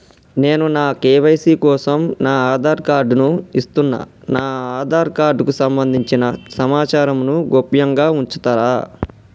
నేను నా కే.వై.సీ కోసం నా ఆధార్ కార్డు ను ఇస్తున్నా నా ఆధార్ కార్డుకు సంబంధించిన సమాచారంను గోప్యంగా ఉంచుతరా?